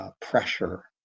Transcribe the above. pressure